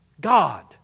God